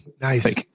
Nice